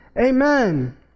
Amen